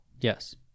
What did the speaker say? Yes